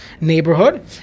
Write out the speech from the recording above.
neighborhood